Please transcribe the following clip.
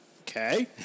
Okay